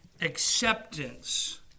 acceptance